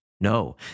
No